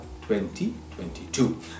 2022